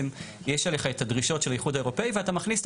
יש עליך את הדרישות של האיחוד האירופי ואתה מכניס את